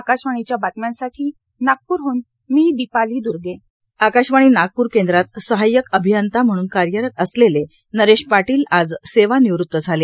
आकाशवाणीच्या बातम्यांसाठी नागपूरह्न मी दीपाली दूर्गे आकाशवाणी नागप्र केंद्रात सहायक अभियंता म्हणून कार्यरत असलेले नरेश पाटील आज सेवानिवृत्त झाले